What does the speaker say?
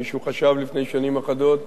אם מישהו חשב לפני שנים אחדות